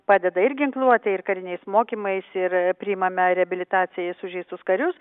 padeda ir ginkluote ir kariniais mokymais ir priimame reabilitacijai sužeistus karius